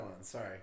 sorry